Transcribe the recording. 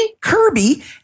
Kirby